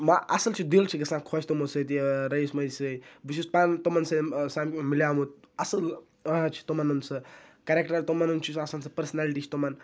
مہ اَصٕل چھِ سُہ دِل چھِ گژھان خۄش تمو سۭتۍ یہِ رعیٖس محی الدیٖن سۭتۍ بہٕ چھُس پانہٕ تمَن سۭتۍ مِلیٛومُت اَصٕل چھِ تِمَن ہُنٛد سُہ کَرٮ۪کٹَر تمَن ہُنٛد چھِ سُہ آسان سُہ پٔرسنیلٹی چھِ تمَن